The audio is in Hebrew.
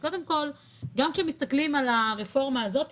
גם כאשר מסתכלים על הרפורמה הזאת,